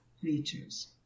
creatures